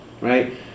right